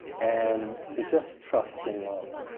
and to just trust in love.